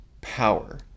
power